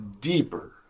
deeper